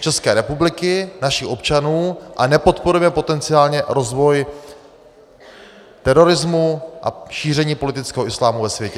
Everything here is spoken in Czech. České republiky, našich občanů a nepodporujeme potenciálně rozvoj terorismu a šíření politického islámu ve světě.